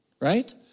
right